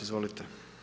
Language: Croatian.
Izvolite.